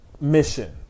mission